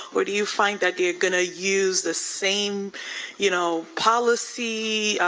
or do you you find that they are gonna use the same you know policy,